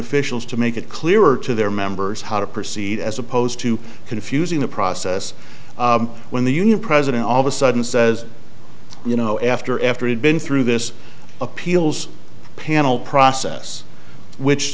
officials to make it clearer to their members how to proceed as opposed to confusing the process when the union president all of a sudden says you know after after he'd been through this appeals panel process which